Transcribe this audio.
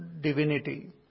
divinity